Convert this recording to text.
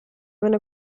venne